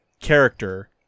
character